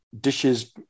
dishes